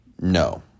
No